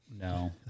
no